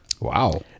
Wow